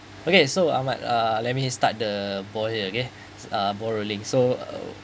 okay so I'm like uh let me just start the ball here okay uh ball rolling so